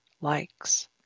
likes